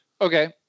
okay